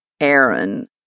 Aaron